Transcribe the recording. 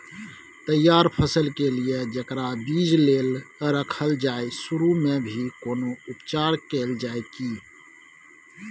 तैयार फसल के लिए जेकरा बीज लेल रखल जाय सुरू मे भी कोनो उपचार कैल जाय की?